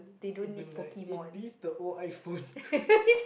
they will be like is this the old iPhone